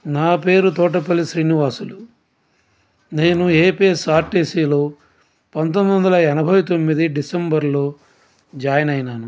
నా పేరు తోటపల్లి శ్రీనివాసులు నేను ఏపీఎస్ఆర్టీసీలో పంతొమ్మిదివందల ఎనభై తొమ్మిది డిసెంబర్లో జాయిన్ అయినాను